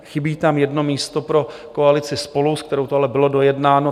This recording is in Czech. Chybí tam jedno místo pro koalici SPOLU, s kterou to ale bylo dojednáno.